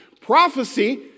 Prophecy